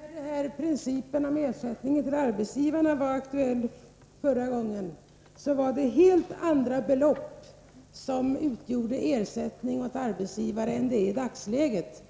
Herr talman! När principen om ersättningen till arbetsgivarna var aktuell förra gången, var det helt andra belopp som utgjorde ersättning åt arbetsgivare än i dagsläget.